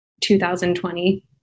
2020